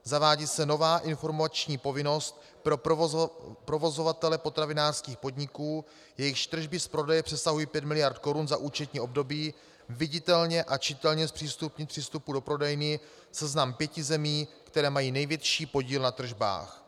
Zavádí se nová informační povinnost pro provozovatele potravinářských podniků, jejichž tržby z prodeje přesahují 5 mld. korun za účetní období, viditelně a čitelně zpřístupnit při vstupu do prodejny seznam pěti zemí, které mají největší podíl na tržbách.